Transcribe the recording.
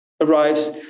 arrives